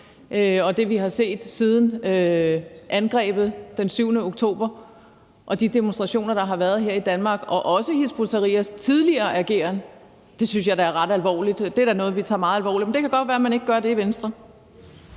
Det, vi har set siden angrebet den 7. oktober, de demonstrationer, der har været her i Danmark, og også Hizb ut-Tahrirs tidligere ageren, synes jeg da er ret alvorlige. Det er da noget, vi tager meget alvorligt. Det kan godt være, at man ikke gør det i Venstre.